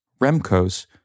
Remcos